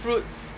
fruits